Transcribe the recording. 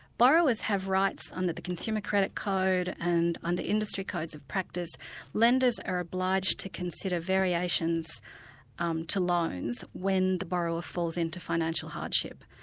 borrowers have rights under the consumer credit code and under industry codes of practice lenders are obliged to consider variations um to loans when the borrower falls into financial hardship.